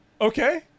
Okay